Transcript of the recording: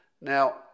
Now